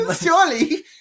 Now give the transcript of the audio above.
Surely